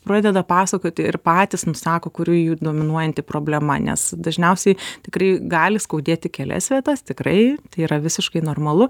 pradeda pasakoti ir patys nusako kuri jų dominuojanti problema nes dažniausiai tikrai gali skaudėti kelias vietas tikrai tai yra visiškai normalu